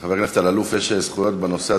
לחבר הכנסת אלאלוף יש זכויות בנושא,